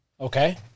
Okay